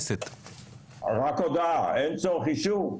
רק הודעה, אין צורך אישור?